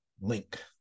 link